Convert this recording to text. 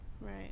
Right